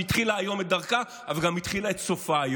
שהתחילה היום את דרכה אבל גם התחילה היום את סופה.